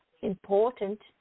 Important